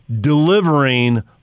delivering